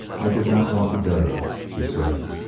i did not want the day, she said.